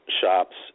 shops